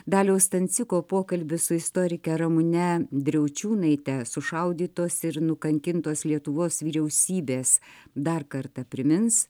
daliaus stanciko pokalbis su istorike ramune driaučiunaite sušaudytos ir nukankintos lietuvos vyriausybės dar kartą primins